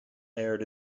aired